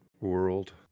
world